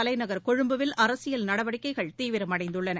தலைநகர் கொழும்புவில் அரசியல் நடவடிக்கைகள் தீவிரமடைந்துள்ளன